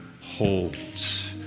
holds